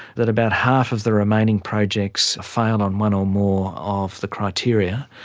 that about half of the remaining projects failed on one or more of the criteria,